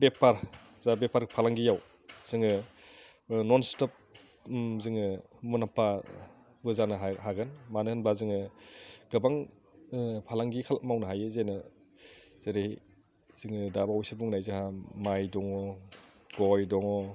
बेपार जा बेपार फालांगियाव जोङो न'नस्टप जोङो मुलाम्फाबो जानो हागोन मानो होनबा जोङो गोबां फालांगि मावनो हायो जेरै जोङो दाबावैसो बुंनाय जोंहा माइ दङ गय दङ